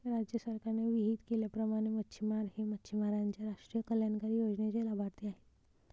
राज्य सरकारने विहित केल्याप्रमाणे मच्छिमार हे मच्छिमारांच्या राष्ट्रीय कल्याणकारी योजनेचे लाभार्थी आहेत